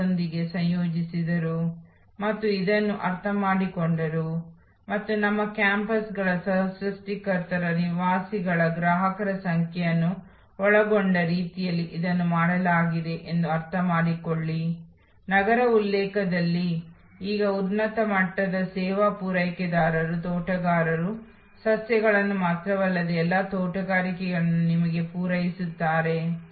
ಹೊಸ ಗ್ರಾಹಕರಿಗೆ ಹೊಸ ಸೇವೆ ಅಥವಾ ಅಸ್ತಿತ್ವದಲ್ಲಿರುವ ಗ್ರಾಹಕರಿಗೆ ಹೊಸ ಸೇವೆಯನ್ನು ಸಹ ಮಾನವ ಅಗತ್ಯಗಳನ್ನು ಸಂವೇದಿಸುವ ಮೂಲಕ ಉತ್ತೇಜಿಸಬಹುದು ಅದು ಸರಿಯಾಗಿ ಪೂರೈಸದ ಅಗತ್ಯಗಳನ್ನು ಇಂದು ಸಮರ್ಪಕವಾಗಿ ಪೂರೈಸುತ್ತಿಲ್ಲ